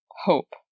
hope